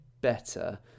better